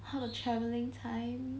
他的 travelling time